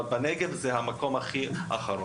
אבל הנגב נמצא במקום האחרון.